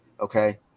Okay